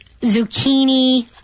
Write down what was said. zucchini